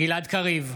גלעד קריב,